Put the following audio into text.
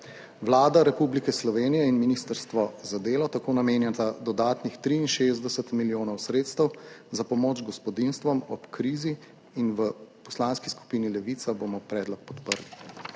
Vlada Republike Slovenije in Ministrstvo za delo tako namenjata dodatnih 63 milijonov sredstev za pomoč gospodinjstvom ob krizi. V Poslanski skupini Levica bomo predlog podprli.